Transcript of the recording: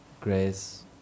grace